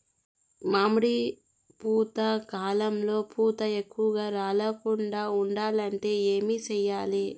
మామిడి పూత కాలంలో పూత ఎక్కువగా రాలకుండా ఉండాలంటే ఏమి చెయ్యాలి?